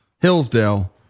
Hillsdale